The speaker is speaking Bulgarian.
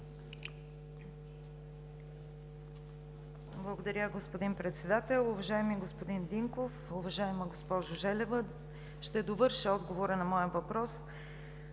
Благодаря, господин Председател. Уважаеми господин Динков, уважаема госпожо Желева! Ще довърша отговора на моя въпрос.